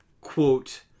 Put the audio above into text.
Quote